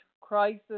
crisis